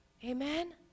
Amen